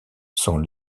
sont